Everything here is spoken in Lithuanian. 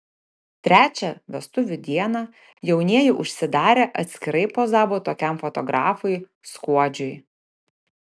trečią vestuvių dieną jaunieji užsidarę atskirai pozavo tokiam fotografui skuodžiui